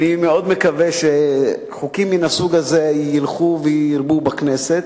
אני מאוד מקווה שחוקים מן הסוג הזה ילכו וירבו בכנסת,